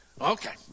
Okay